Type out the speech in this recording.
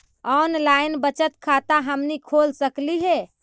Online बचत खाता हमनी खोल सकली हे?